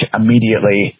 immediately